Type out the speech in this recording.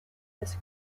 this